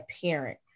parent